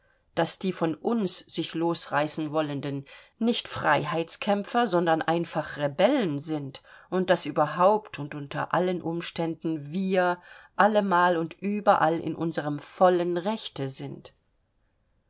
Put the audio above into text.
daß die von uns sich losreißen wollenden nicht freiheitskämpen sondern einfach rebellen sind und daß überhaupt und unter allen umständen wir allemal und überall in unserm vollen rechte sind